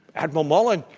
admiral mullen,